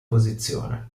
posizione